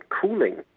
cooling